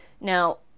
Now